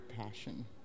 passion